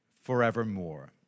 forevermore